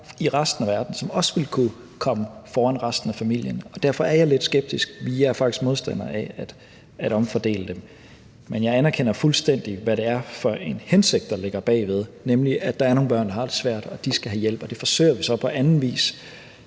i resten af verden, som også ville kunne komme foran resten af familien. Derfor er jeg lidt skeptisk, og jeg er faktisk modstander af at omfordele dem. Men jeg anerkender fuldstændig, hvad det er for en hensigt, der ligger bagved, nemlig at der er nogle børn, der har det svært, og at de skal have hjælp. Det forsøger vi så på anden vis.